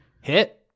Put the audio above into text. hit